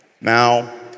Now